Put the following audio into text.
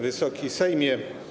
Wysoki Sejmie!